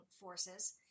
forces